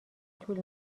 طول